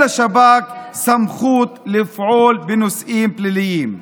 לשב"כ סמכות לפעול בנושאים פליליים.